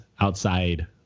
outside